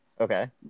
Okay